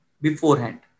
Beforehand